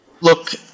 Look